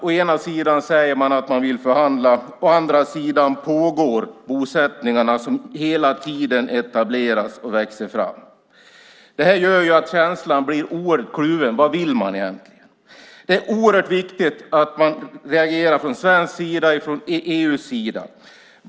Å ena sidan säger man att man vill förhandla, å andra sidan pågår bosättningarna som hela tiden etableras och växer fram. Det här gör att känslan blir oerhört kluven. Vad vill man egentligen? Det är viktigt att vi reagerar från svensk sida och från EU:s sida.